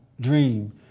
dream